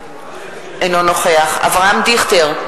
אינו נוכח אברהם דיכטר,